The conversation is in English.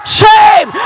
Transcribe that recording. shame